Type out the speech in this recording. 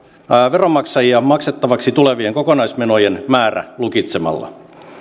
veronmaksajia maksettavaksi tulevien kokonaismenojen määrä lukitsemalla